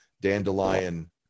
dandelion